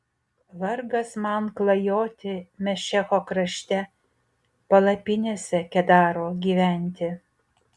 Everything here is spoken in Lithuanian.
vargas man klajoti mešecho krašte palapinėse kedaro gyventi